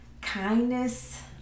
kindness